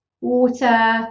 water